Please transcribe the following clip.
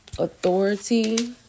Authority